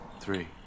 Three